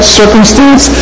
circumstance